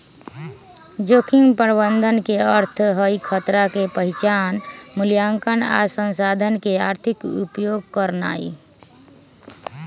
जोखिम प्रबंधन के अर्थ हई खतरा के पहिचान, मुलायंकन आ संसाधन के आर्थिक उपयोग करनाइ